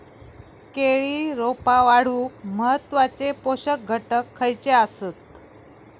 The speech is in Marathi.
केळी रोपा वाढूक महत्वाचे पोषक घटक खयचे आसत?